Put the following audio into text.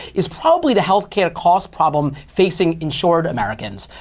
is probably the health care cost problem facing insured americans.